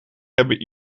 hebben